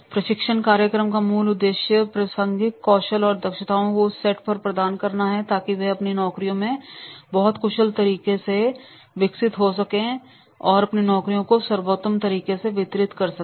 प्रशिक्षण कार्यक्रम का मूल उद्देश्य प्रासंगिक कौशल और दक्षताओं के उस सेट को प्रदान करना है ताकि वे अपनी नौकरियों में बहुत कुशल तरीके से विकसित हो सकें और वे अपनी नौकरियों को सर्वोत्तम तरीके से वितरित कर सकें